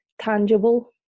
tangible